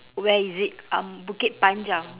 where is it um bukit panjang